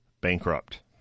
bankrupt